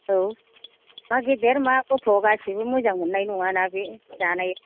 औ मा गेदेर मा गथ' गासैबो मोजां मोननाय नङाना बे जानाय